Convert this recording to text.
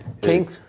king